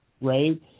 right